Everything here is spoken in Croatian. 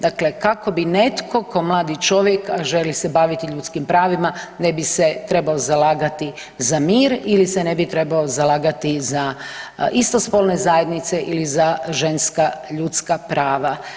Dakle, kako bi netko ko mladi čovjek, a želi se baviti ljudskim pravima ne bi se trebao zalagati za mir ili se ne bi trebao zalagati za isto spolne zajednice ili za ženska ljudska prava.